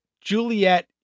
Juliet